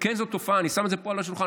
כן, זאת תופעה, אני שם את זה פה על השולחן.